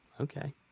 Okay